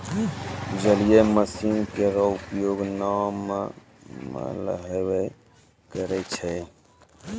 जलीय मसीन केरो उपयोग नाव म मल्हबे करै छै?